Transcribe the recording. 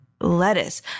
lettuce